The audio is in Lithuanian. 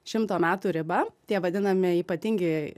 šimto metų ribą tie vadinami ypatingi